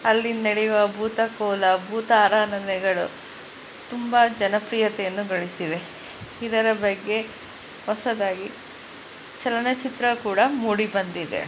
ಅಲ್ಲಿ ನೆಡೆಯುವ ಭೂತ ಕೋಲ ಭೂತ ಆರಾಧನೆಗಳು ತುಂಬ ಜನಪ್ರಿಯತೆಯನ್ನು ಗಳಿಸಿವೆ ಇದರ ಬಗ್ಗೆ ಹೊಸದಾಗಿ ಚಲನಚಿತ್ರ ಕೂಡ ಮೂಡಿ ಬಂದಿದೆ